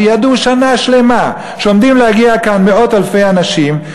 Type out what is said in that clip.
שידעו שנה שלמה שעומדים להגיע לכאן מאות אלפי אנשים,